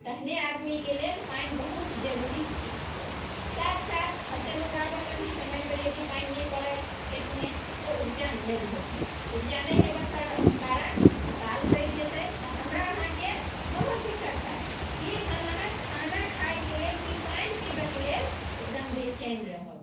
तहने आदमीके लेल पानि बहुत जरूरी चीज छै साथ साथ फसल उगाबेमे भी समय पर यदि पानि नहि पड़ै खेतमे तऽ उपजा नहि होयतै उपजा नहि होबयके कारण अकाल पड़ि जेतै तऽ हमरा अहाँकेँ बहुत दिक्कत होयत कि हम अहाँ खाना खायके लेल की पानि पीबऽके लेल एकदम बेचैन रहब